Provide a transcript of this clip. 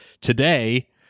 today